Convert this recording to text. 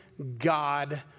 God